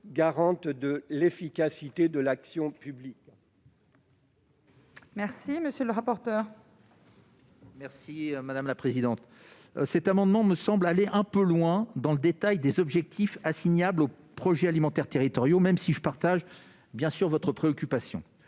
garantes de l'efficacité de l'action publique. Quel est l'avis de la commission ? Cet amendement me semble aller un peu loin dans le détail des objectifs assignables aux projets alimentaires territoriaux, même si je partage bien sûr votre préoccupation,